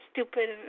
Stupid